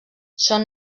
són